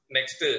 Next